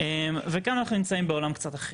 וכאן אנחנו נמצאים בעולם קצת אחר.